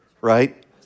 right